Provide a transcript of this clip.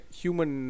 human